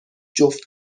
جفت